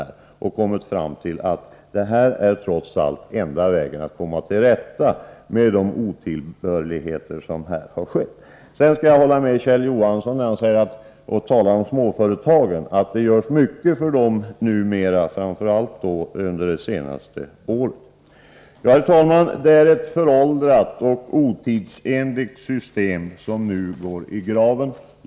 Man har kommit fram till att det här trots allt är den enda vägen att komma till rätta med de otillbörligheter som varit. Sedan skall jag hålla med Kjell Johansson när han talar om småföretagare och säger att det görs mycket för dem numera; framför allt har det gjorts under det senaste året. Herr talman! Det är ett föråldrat och otidsenligt system som nu går i graven.